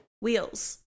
Wheels